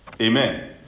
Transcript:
Amen